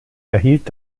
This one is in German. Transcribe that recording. erhielt